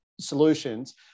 solutions